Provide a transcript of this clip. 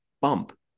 bump